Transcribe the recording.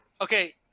Okay